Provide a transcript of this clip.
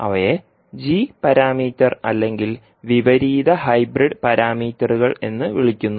അവയെ g parameter അല്ലെങ്കിൽ വിപരീത ഹൈബ്രിഡ് പാരാമീറ്ററുകൾ എന്ന് വിളിക്കുന്നു